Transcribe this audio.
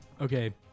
Okay